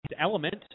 element